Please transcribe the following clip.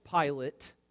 Pilate